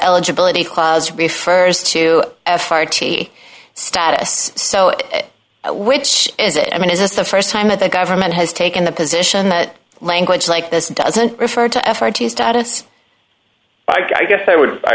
eligibility clause refers to farty status so which is it i mean is this the st time that the government has taken the position that language like this doesn't refer to effort to study its i guess i would i